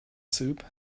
soup